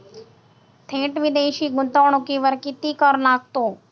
थेट विदेशी गुंतवणुकीवर किती कर लागतो?